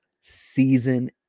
Season